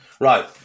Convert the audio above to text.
Right